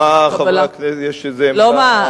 מה חברי הכנסת, יש איזו עמדה?